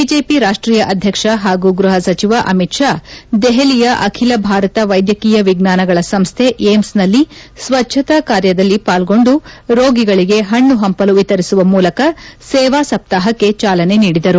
BJP ರಾಷ್ಟೀಯ ಅಧ್ಯಕ್ಷ ಹಾಗೂ ಗೃಪ ಸಚಿವ ಅಮಿತ್ ಷಾ ದೆಹಲಿಯ ಅಖಿಲ ಭಾರತ ವೈದ್ಯಕೀಯ ವಿಜ್ಞಾನಗಳ ಸಂಸ್ಥೆ ಏಮ್ಗನಲ್ಲಿ ಸ್ವಚ್ಛತಾ ಕಾರ್ಯದಲ್ಲಿ ಪಾಲ್ಗೊಂಡು ರೋಗಿಗಳಗೆ ಪಣ್ಣು ಪಂಪಲು ವಿತರಿಸುವ ಮೂಲಕ ಸೇವಾ ಸಬ್ತಾಪಕ್ಕೆ ಚಾಲನೆ ನೀಡಿದರು